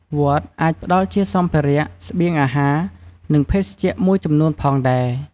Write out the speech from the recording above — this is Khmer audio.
វត្តអាចផ្ដល់ជាសម្ភារៈ ស្បៀងអាហារ និងភេសជ្ជៈមួយចំនួនផងដែរ។